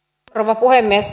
rouva puhemies